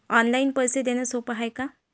Online पैसे देण सोप हाय का?